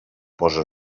posa